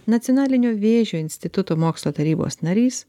nacionalinio vėžio instituto mokslo tarybos narys